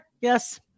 Yes